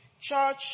Church